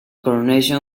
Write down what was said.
coronation